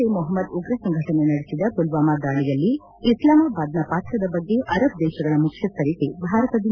ಜೈಸೇ ಮೊಹಮ್ನದ್ ಉಗ್ರ ಸಂಘಟನೆ ನಡೆಸಿದ ಮಲ್ತಾಮ ದಾಳಿಯಲ್ಲಿ ಇಸ್ಲಾಮಾಬಾದ್ನ ಪಾತ್ರದ ಬಗ್ಗೆ ಅರಬ್ ದೇಶಗಳ ಮುಖ್ಯಸ್ಥರಿಗೆ ಭಾರತದಿಂದ ವಿವರಣೆ